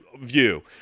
view